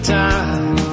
time